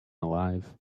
alive